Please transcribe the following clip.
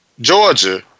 Georgia